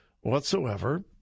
whatsoever